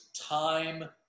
time